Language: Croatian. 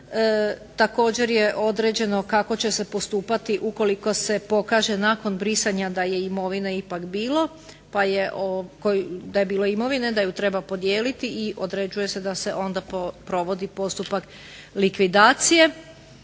Također je određeno kako će se postupati ukoliko se pokaže nakon brisanja da je imovine ipak bilo pa je, da je bilo imovine, da ju treba podijeliti i određuje se da se onda provodi postupak likvidacije.